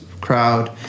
crowd